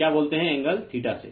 क्या बोलते हैं एंगल से